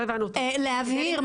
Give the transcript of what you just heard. להבהיר.